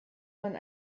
man